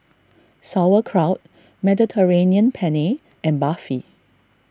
Sauerkraut Mediterranean Penne and Barfi